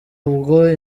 ubwo